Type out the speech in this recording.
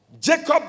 Jacob